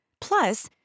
Plus